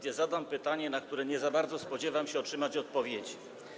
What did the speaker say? Zadam pytanie, na które nie za bardzo spodziewam się otrzymać odpowiedzi.